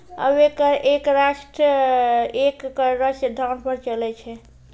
अबै कर एक राष्ट्र एक कर रो सिद्धांत पर चलै छै